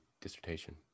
dissertation